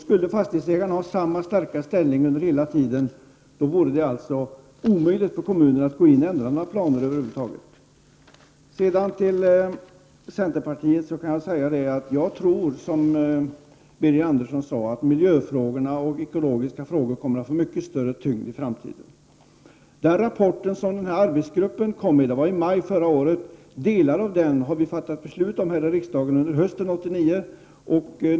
Skulle fastighetsägaren ha samma starka ställning under hela den tiden, då vore det omöjligt för kommunen att över huvud taget ändra några planer. Jag tror, som också Birger Andersson i centern sade, att miljöfrågor och ekologiska frågor kommer att få en mycket större tyngd i framtiden. Delar av den rapport som arbetsgruppen lade fram i maj förra året har riksdagen fattat beslut om under hösten 1989.